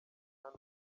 hano